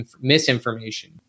misinformation